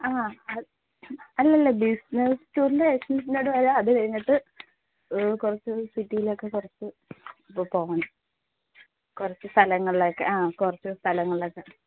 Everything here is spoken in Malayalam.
ആ അത് അല്ലല്ല ബിസ്നസ് ടൂറിൻറ്റാവിശ്യത്തിനായിട്ട് പോയാൽ അത് കഴിഞ്ഞിട്ട് കുറച്ച് സിറ്റീലക്കെ കുറച്ച് ഒക്കെ പോകണം കുറച്ച് സ്ഥലങ്ങൾലക്കെ ആ കുറച്ച് സ്ഥലങ്ങൾലക്കെ